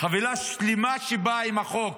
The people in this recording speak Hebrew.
חבילה שלמה שבאה עם החוק,